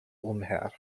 umher